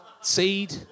seed